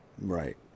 Right